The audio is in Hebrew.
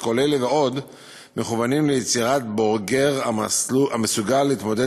כל אלה ועוד מכוונים ליצירת בוגר המסוגל להתמודד